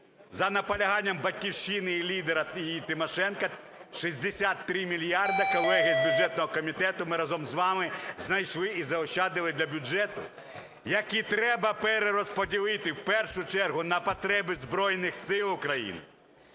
за наполяганням "Батьківщини" і лідера її Тимошенко, 63 мільярди, колеги з бюджетного комітету, ми разом з вами знайшли і заощадили для бюджету, які треба перерозподілити в першу чергу на потреби Збройних Сил України,